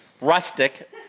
Rustic